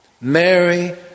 Mary